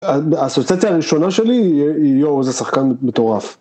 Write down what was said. האסוציאציה הראשונה שלי, היא יואו איזה שחקן מטורף.